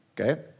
Okay